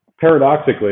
paradoxically